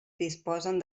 disposen